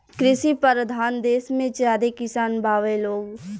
कृषि परधान देस मे ज्यादे किसान बावे लोग